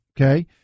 okay